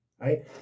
right